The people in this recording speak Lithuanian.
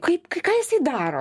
kaip ką jisai daro